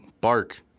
Bark